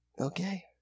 okay